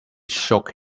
shook